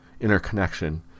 interconnection